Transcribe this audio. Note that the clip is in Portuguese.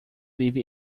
vive